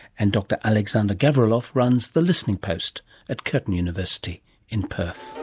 and dr alexander gavrilov runs the listening post at curtin university in perth